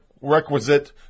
requisite